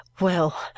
Well